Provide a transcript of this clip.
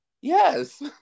Yes